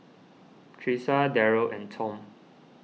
Tressa Darell and Tom